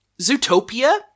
Zootopia